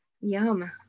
Yum